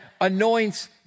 anoints